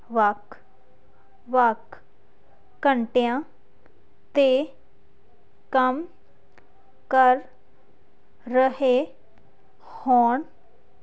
ਵੱਖ ਵੱਖ ਘੰਟਿਆਂ 'ਤੇ ਕੰਮ ਕਰ ਰਹੇ ਹੋਣ